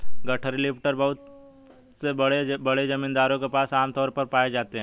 गठरी लिफ्टर बहुत से बड़े बड़े जमींदारों के पास आम तौर पर पाए जाते है